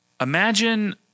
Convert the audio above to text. imagine